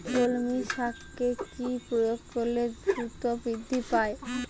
কলমি শাকে কি প্রয়োগ করলে দ্রুত বৃদ্ধি পায়?